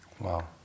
Wow